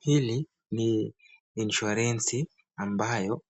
Hili ni insuarensi ambayo